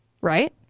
right